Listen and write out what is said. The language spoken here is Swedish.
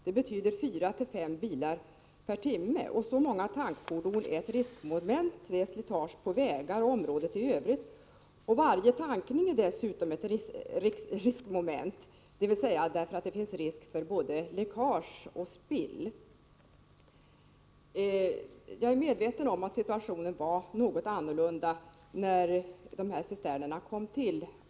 Det betyder 4-5 bilar per timme. Så många tankfordon utgör ett riskmoment. Det blir slitage på vägar och på området i övrigt. Varje tankning innebär dessutom ett riskmoment, eftersom det då kan bli läckage och spill. Jag är medveten om att situationen var något annorlunda när cisternerna kom till.